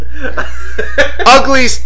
Ugly